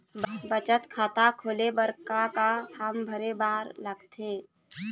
बचत खाता खोले बर का का फॉर्म भरे बार लगथे?